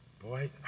Boy